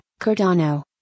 Cardano